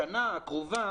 בשנה הקרובה,